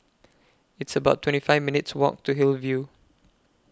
It's about twenty five minutes' Walk to Hillview